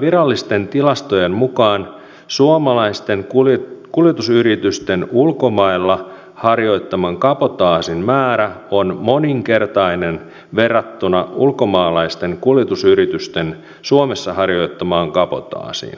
virallisten tilastojen mukaan suomalaisten kuljetusyritysten ulkomailla harjoittaman kabotaasin määrä on moninkertainen verrattuna ulkomaalaisten kuljetusyritysten suomessa harjoittamaan kabotaasiin